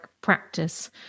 practice